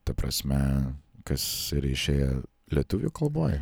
ta prasme kas yra išėję lietuvių kalboj